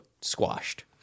squashed